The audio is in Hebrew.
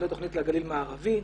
תוכנית לגליל מערבי.